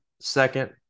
second